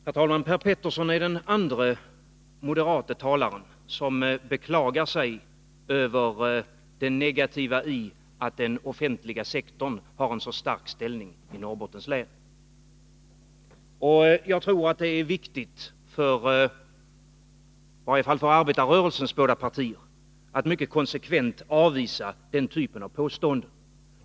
Herr talman! Per Petersson är den andra moderata talaren som beklagar sig över det negativa i att den offentliga sektorn har en så stark ställning i Norrbottens län. Jag tror att det är viktigt, i varje fall för arbetarrörelsens båda partier, att mycket konsekvent avvisa sådana påståenden.